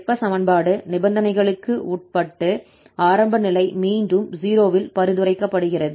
வெப்ப சமன்பாடு நிபந்தனைகளுக்கு உட்பட்டு ஆரம்ப நிலை மீண்டும் 0 இல் பரிந்துரைக்கப்படுகிறது